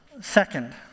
second